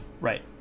Right